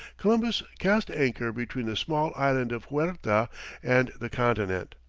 columbus cast anchor between the small island of huerta and the continent.